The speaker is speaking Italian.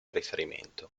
riferimento